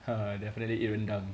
I definitely eat rendang